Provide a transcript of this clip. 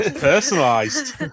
personalized